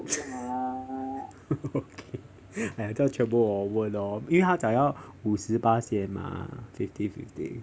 okay 这样全部我问 lor 因为他讲他要五十巴仙吗 fifty fifty